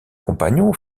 compagnon